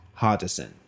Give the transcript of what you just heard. Hardison